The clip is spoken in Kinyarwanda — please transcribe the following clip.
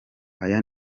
aya